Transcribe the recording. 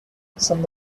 some